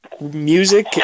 music